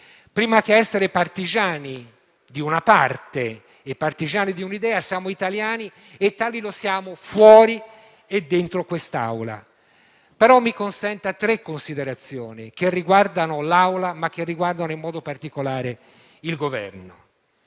Prima che essere partigiani di una parte e partigiani di un'idea, siamo italiani e tali siamo fuori e dentro quest'Aula. Mi consenta, però, tre considerazioni che riguardano l'Assemblea, ma che riguardano in modo particolare il Governo.